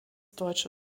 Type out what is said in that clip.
deutsche